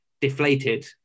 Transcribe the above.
deflated